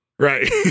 right